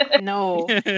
No